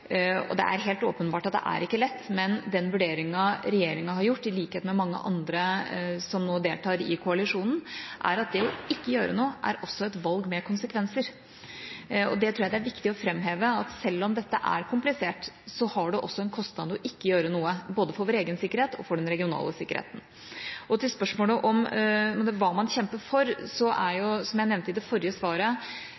Det er helt åpenbart at det er ikke lett, men den vurderinga regjeringa har gjort, i likhet med mange andre som nå deltar i koalisjonen, er at det å ikke gjøre noe også er et valg med konsekvenser. Det tror jeg det er viktig å framheve, at selv om dette er komplisert, har det også en kostnad å ikke gjøre noe – både for vår egen sikkerhet og for den regionale sikkerheten. Til spørsmålet om hva man kjemper for: Som jeg nevnte i det forrige svaret, er